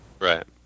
Right